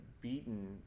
beaten